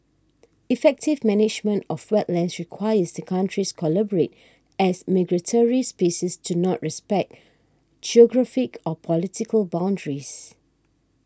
effective management of wetlands requires the countries collaborate as migratory species do not respect geographic or political boundaries